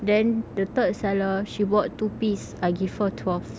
then the third seller she bought two piece I give her twelve